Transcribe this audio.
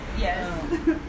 yes